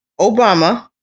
Obama